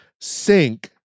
sink